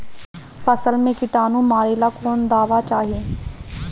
फसल में किटानु मारेला कौन दावा चाही?